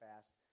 fast